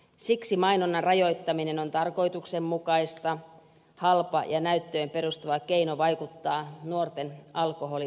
siksi mainonnan rajoittaminen on tarkoituksenmukainen halpa ja näyttöön perustuva keino vaikuttaa nuorten alkoholinkäyttöön